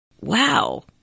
wow